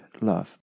love